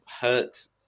hurt